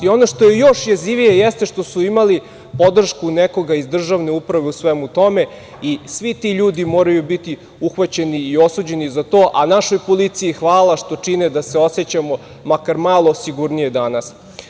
Ono što je još jezivije jeste što su imali podršku nekog iz državne uprave u svemu tome i svi ti ljudi moraju biti uhvaćeni i osuđeni za to, a našoj policiji hvala što čine da se osećamo makar malo sigurnije danas.